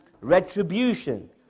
retribution